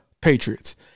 Patriots